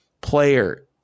player